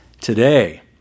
today